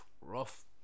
rough